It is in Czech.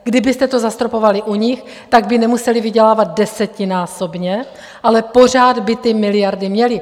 Kdybyste to zastropovali u nich, tak by nemuseli vydělávat desetinásobně, ale pořád by ty miliardy měli.